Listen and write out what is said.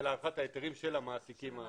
ולהארכת ההיתרים של המעסיקים הסיעודיים.